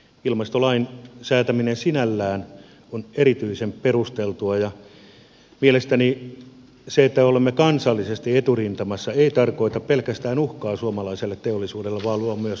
ilmastolain säätäminen sinällään on erityisen perusteltua ja mielestäni se että olemme kansallisesti eturintamassa ei tarkoita pelkästään uhkaa suomalaiselle teollisuudelle vaan luo myös mahdollisuudet